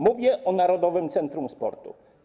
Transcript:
Mówię o Narodowym Centrum Sportu.